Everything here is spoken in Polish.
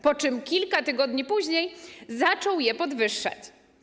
Po czym kilka tygodni później zaczął je podwyższać.